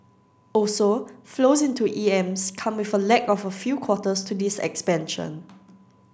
also flows into E M S come with a lag of a few quarters to this expansion